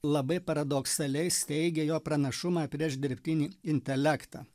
labai paradoksaliai steigia jo pranašumą prieš dirbtinį intelektą